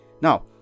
now